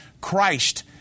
Christ